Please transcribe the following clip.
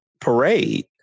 parade